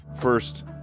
first